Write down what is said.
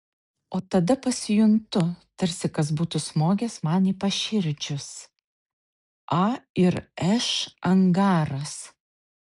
o tada pasijuntu tarsi kas būtų smogęs man į paširdžius a ir š angaras